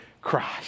Christ